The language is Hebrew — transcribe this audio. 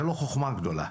זה לא חכמה גדולה.